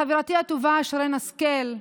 חברתי הטובה שרן השכל,